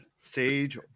sage